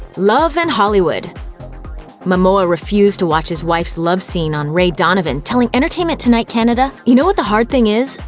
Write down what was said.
love and hollywood momoa refused to watch his wife's love scenes on ray donovan, telling entertainment tonight canada, you know what the hard thing is?